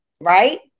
Right